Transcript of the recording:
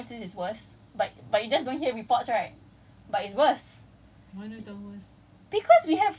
no but but in but kita punya people keep saying my uni right you know in other universities it's worst but but it just don't hear reports right